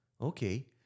Okay